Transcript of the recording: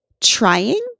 trying